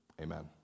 Amen